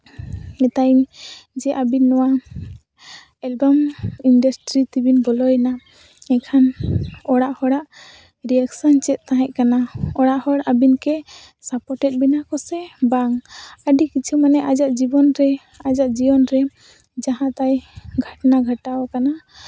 ᱢᱮᱛᱟᱭᱟᱹᱧ ᱡᱮ ᱟᱹᱵᱤᱱ ᱱᱚᱣᱟ ᱮᱞᱵᱟᱢ ᱤᱱᱰᱟᱥᱴᱨᱤ ᱛᱮᱵᱤᱱ ᱵᱚᱞᱚᱭᱮᱱᱟ ᱮᱱᱠᱷᱟᱱ ᱚᱲᱟᱜ ᱦᱚᱲᱟᱜ ᱨᱤᱭᱟᱠᱥᱮᱱ ᱪᱮᱫ ᱛᱟᱦᱮᱸ ᱠᱟᱱᱟ ᱚᱲᱟᱜ ᱦᱚᱲ ᱟᱹᱵᱤᱱ ᱠᱚᱥᱮ ᱥᱟᱯᱳᱨᱴ ᱮᱜ ᱵᱤᱱᱟ ᱠᱚᱥᱮ ᱵᱟᱝ ᱟᱹᱰᱤ ᱠᱤᱪᱷᱩ ᱢᱟᱱᱮ ᱟᱭᱟᱜ ᱡᱤᱵᱚᱱ ᱨᱮ ᱟᱭᱟᱜ ᱡᱤᱭᱚᱱ ᱨᱮ ᱡᱟᱦᱟᱸ ᱛᱟᱭ ᱜᱷᱚᱴᱱᱟ ᱜᱷᱚᱴᱟᱣ ᱠᱟᱱᱟ